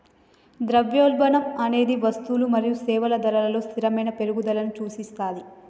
ద్రవ్యోల్బణం అనేది వస్తువులు మరియు సేవల ధరలలో స్థిరమైన పెరుగుదలను సూచిస్తది